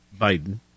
Biden